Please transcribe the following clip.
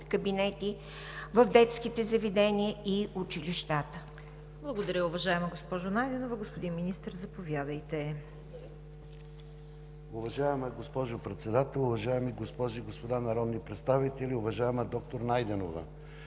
кабинети в детските заведения и училищата?